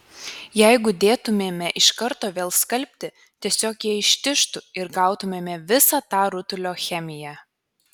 jeigu dėtumėme iš karto vėl skalbti tiesiog jie ištižtų ir gautumėme visa tą rutulio chemiją